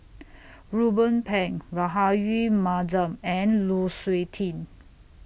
Ruben Pang Rahayu Mahzam and Lu Suitin